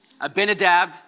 Abinadab